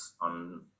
on